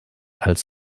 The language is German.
als